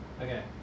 Okay